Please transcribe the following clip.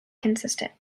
consistent